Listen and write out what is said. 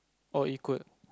or equal